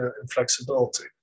inflexibility